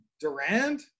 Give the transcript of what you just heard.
Durant